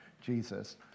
Jesus